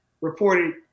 reported